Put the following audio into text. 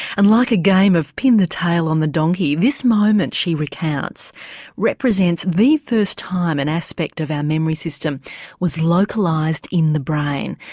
and like a game of pin the tail on the donkey, this moment, she recounts represents the first time an aspect of our memory system was localised in the brain.